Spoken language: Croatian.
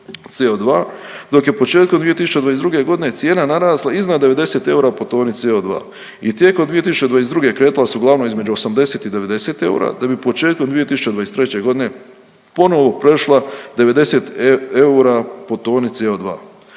CO2, dok je početkom 2022. g. cijena narasla iznad 90 eura po toni CO2 i tijekom 2022. kretala se uglavnom između 80 i 90 eura, da bi početkom 2023. g. ponovo prešla 90 eura po toni CO2.